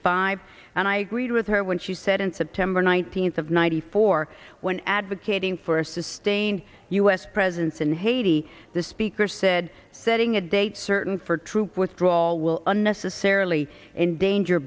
five and i agreed with her when she said on september nineteenth of ninety four when advocating for a sustained u s presence in haiti the speaker said setting a date certain for troop withdrawal will unnecessarily endanger